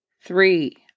three